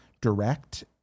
direct